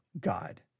God